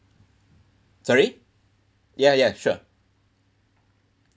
sorry ya ya sure